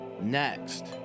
next